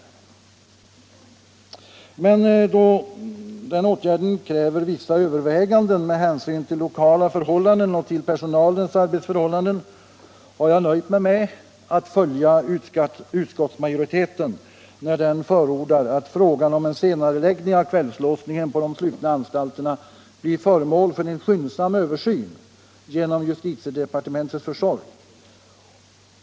Men då den kräver vissa överväganden med hänsyn till de lokala förhållandena och personalens arbetsförhållanden har jag nöjt mig med att följa utskottsmajoriteten när den förordar att frågan om en senareläggning av kvällslåsningen vid de slutna anstalterna blir föremål för en skyndsam översyn genom justitiedepartementets försorg.